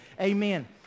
Amen